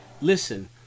listen